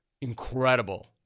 Incredible